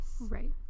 right